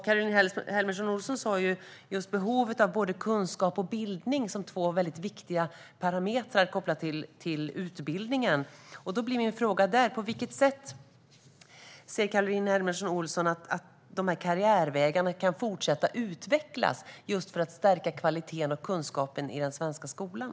Caroline Helmersson Olsson talade om behovet av både kunskap och bildning som två väldigt viktiga parametrar kopplat till utbildning, och då blir min fråga: På vilket sätt ser Caroline Helmersson Olsson att vi kan fortsätta att utveckla dessa karriärvägar för att stärka kvaliteten och kunskapen i den svenska skolan?